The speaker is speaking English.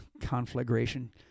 conflagration